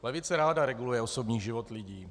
Levice ráda reguluje osobní život lidí.